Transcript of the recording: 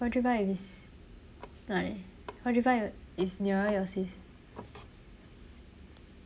four three five is not eh four three five is nearer your sis